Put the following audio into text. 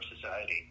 society